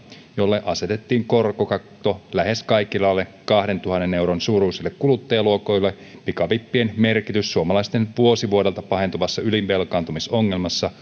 jolla asetettiin korkokatto lähes kaikille alle kahdentuhannen euron suuruisille kuluttajaluotoille pikavippien merkitys suomalaisten vuosi vuodelta pahentuvassa ylivelkaantumisongelmassa